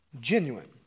genuine